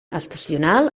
estacional